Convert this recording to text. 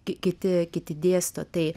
kiti kiti dėsto tai